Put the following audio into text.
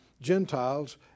Gentiles